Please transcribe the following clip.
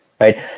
right